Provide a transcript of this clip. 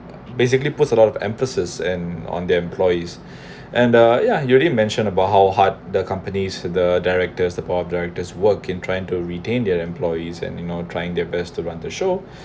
basically puts a lot of emphasis and on their employees and uh ya you already mention about how hard the companies the directors the board of directors work in trying to retain their employees and you know trying their best to run the show